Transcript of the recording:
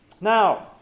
Now